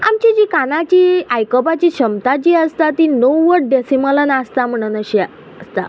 आमची जी कानाची आयकपाची क्षमता जी आसता ती णव्वद डेसिमलन आसता म्हणून अश्या आसता